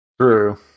True